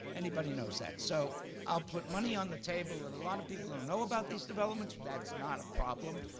anybody knows that. so i'll put money on the table that a lot of people don't know about these developments. that's not a problem.